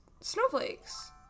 snowflakes